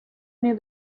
knew